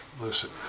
Listen